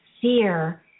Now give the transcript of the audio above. fear